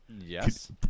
Yes